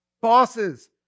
Bosses